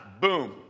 Boom